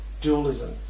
dualism